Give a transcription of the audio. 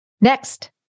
Next